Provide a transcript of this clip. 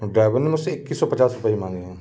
driver ने मुझसे इक्कीस सौ पचास रुपए ही मांगे हैं